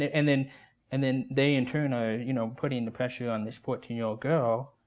and then and then they, in turn, are you know putting the pressure on this fourteen year old girl.